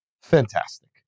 fantastic